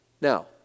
Now